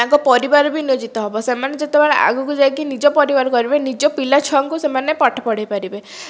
ତାଙ୍କ ପରିବାର ବି ନିୟୋଜିତ ହେବ ସେମାନେ ଯେତେବେଳେ ଆଗକୁ ଯାଇକି ନିଜ ପରିବାର କରିବେ ନିଜ ପିଲା ଛୁଆଙ୍କୁ ସେମାନେ ପାଠ ପଢ଼େଇ ପାରିବେ